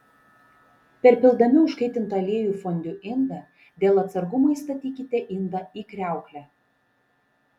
perpildami užkaitintą aliejų į fondiu indą dėl atsargumo įstatykite indą į kriauklę